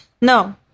No